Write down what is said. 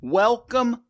welcome